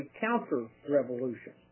counter-revolution